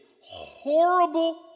horrible